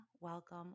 welcome